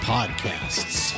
Podcasts